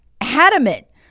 adamant